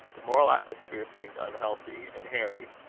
the moral atmosphere seemed unhealthy and harry,